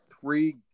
three